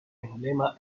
emblema